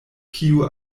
kiu